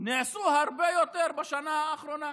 נעשו הרבה יותר בשנה האחרונה.